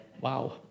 Wow